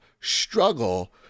struggle